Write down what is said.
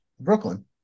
Brooklyn